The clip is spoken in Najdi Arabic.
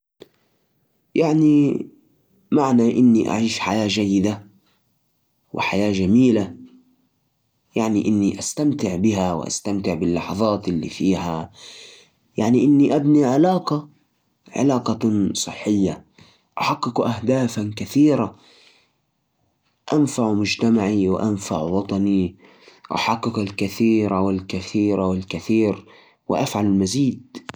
عيش حياة جيدة يعني تحقيق التوازن بين مختلف جوانب الحياة مثل الصحة النفسية والجسدية السعاده والراحه يشمل ذلك بناء علاقات صحية مع الآخرين والعمل على تحقيق الأهداف الشخصية والاستمتاع باللحظات البسيطة. كمان يعني الاستمتاع بالأنشطة الي تحبها وتساهم في نموك الشخصي والشعور بالرضا عن النفس والمساهمة الإيجابية في المجتمع.